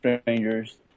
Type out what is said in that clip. strangers